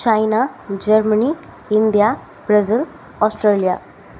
China Germany India Brazil Australia